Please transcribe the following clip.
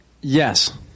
Yes